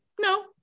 No